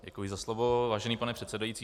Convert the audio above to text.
Děkuji za slovo, vážený pane předsedající.